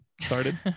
started